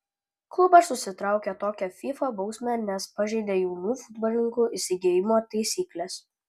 klubas užsitraukė tokią fifa bausmę nes pažeidė jaunų futbolininkų įsigijimo taisykles